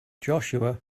joshua